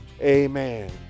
amen